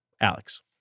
Alex